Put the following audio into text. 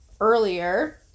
earlier